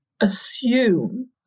assume